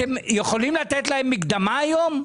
אתם יכולים לתת להם מקדמה היום?